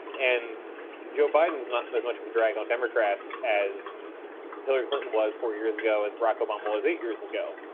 and joe biden's not as much of a drag on democrats as hillary clinton was four years ago, as barack obama was eight years ago.